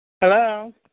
Hello